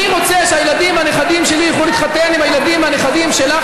אני רוצה שהילדים והנכדים שלי יוכלו להתחתן עם הילדים והנכדים שלך,